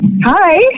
Hi